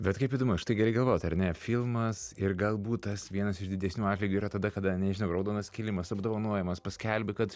bet kaip įdomu štai gali galvot ar ne filmas ir galbūt tas vienas iš didesnių atlygių yra tada kada nežinau raudonas kilimas apdovanojimas paskelbi kad